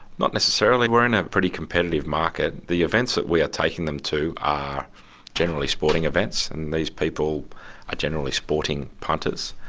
not necessarily. we're in a pretty competitive market. the events that we are taking them to are generally sporting events, and these people are generally sporting punters.